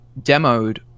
demoed